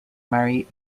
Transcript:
marry